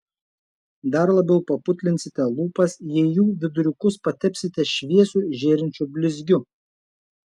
dar labiau paputlinsite lūpas jei jų viduriukus patepsite šviesiu žėrinčiu blizgiu